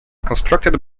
constructed